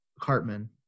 Hartman